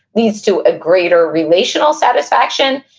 leads to a greater relational satisfaction,